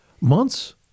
months